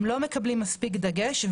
הם לא מקבלים מספיק דגש,